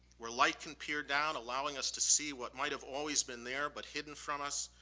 where light can peer down allowing us to see what might have always been there but hidden from us.